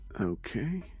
Okay